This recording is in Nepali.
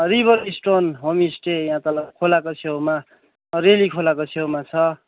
रिभर स्टोन होमस्टे यहाँ तल खोलाको छेउमा रेली खोलाको छेउमा छ